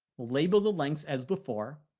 we'll label the lengths as before.